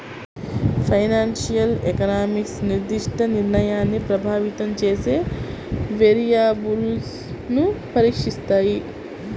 financial economics నిర్దిష్ట నిర్ణయాన్ని ప్రభావితం చేసే వేరియబుల్స్ను పరీక్షిస్తాయి